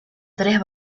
tres